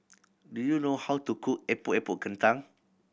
do you know how to cook Epok Epok Kentang